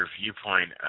viewpoint